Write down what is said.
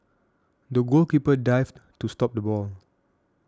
the goalkeeper dived to stop the ball